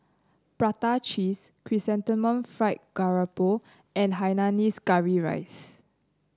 Prata Cheese Chrysanthemum Fried Garoupa and Hainanese Curry Rice